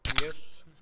Yes